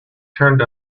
turned